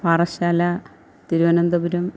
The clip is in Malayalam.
പാറശ്ശാല തിരുവനന്തപുരം